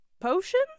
potion